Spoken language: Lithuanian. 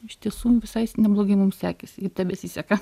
iš tiesų visai neblogai mum sekėsi ir tebesiseka